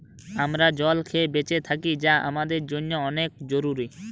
আমরা জল খেয়ে বেঁচে থাকি যা আমাদের জন্যে অনেক জরুরি